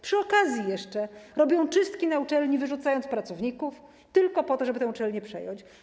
Przy okazji jeszcze robią oni czystki na uczelni, wyrzucając pracowników, tylko po to, żeby te uczelnie przejąć.